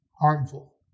harmful